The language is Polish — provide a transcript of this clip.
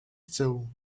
chcę